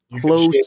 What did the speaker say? close